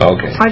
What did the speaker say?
Okay